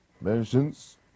mentions